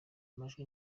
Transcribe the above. amajwi